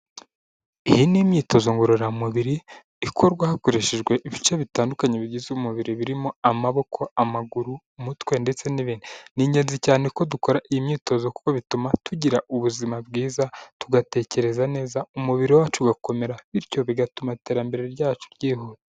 Iyi ni imyitozo ngororamubiri ikorwa hakoreshejwe ibice bitandukanye bigize umubiri birimo amaboko, amaguru, umutwe ndetse n'ibindi. Ni ingenzi cyane ko dukora imyitozo kuko bituma tugira ubuzima bwiza, tugatekereza neza, umubiri wacu ugakomera, bityo bigatuma iterambere ryacu ryihuta.